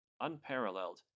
Unparalleled